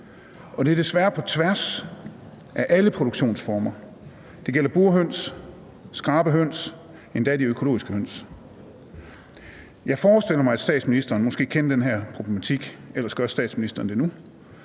Og det er desværre på tværs af alle produktionsformer; det gælder burhøns, skrabehøns – og endda de økologiske høns. Jeg forestiller mig, at statsministeren måske kender til den her problematik. Ellers gør statsministeren det nu.